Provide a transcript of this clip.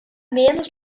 menos